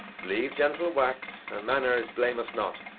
leave, gentle wax and, manners, blame us not.